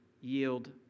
yield